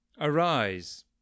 Arise